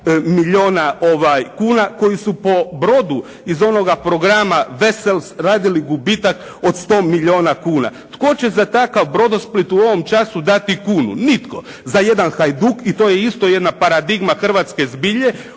milijuna kuna koji su po brodu iz onoga programa "wesells" radili gubitak od 100 milijuna kuna. Tko će za takav "Brodosplit" u ovom času dati kunu? Nitko. Za jedan "Hajduk" i to je isto jedna paradigma hrvatske zbilje,